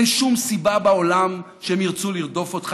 אין שום סיבה בעולם שהם ירצו לרדוף אותך.